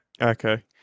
Okay